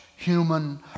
Human